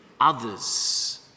others